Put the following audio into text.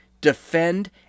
defend